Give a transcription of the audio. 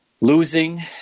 losing